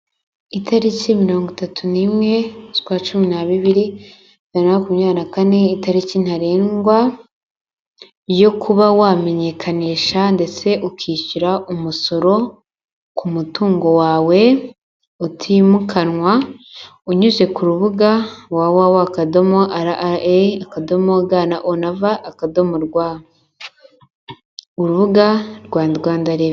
Itariki mirongo itatu n'imwe z'ukwacumi n'abibiri bibiri na makumyabiri na kane, itariki ntarengwa yo kuba wamenyekanisha ndetse ukishyura umusoro ku mutungo wawe utimukanwa, unyuze ku rubuga wa, wa, wa akadomo rwa RRAakadomo ga na o na va akadomo rwa urubuga rwa Rwanda reveni.